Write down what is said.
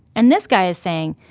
and this guy is saying,